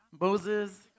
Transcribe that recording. Moses